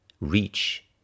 reach